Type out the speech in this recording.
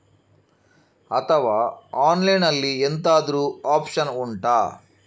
ಅಥವಾ ಆನ್ಲೈನ್ ಅಲ್ಲಿ ಎಂತಾದ್ರೂ ಒಪ್ಶನ್ ಉಂಟಾ